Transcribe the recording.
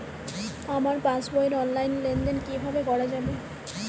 আমার পাসবই র অনলাইন লেনদেন কিভাবে করা যাবে?